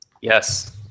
Yes